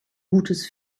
gutes